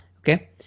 okay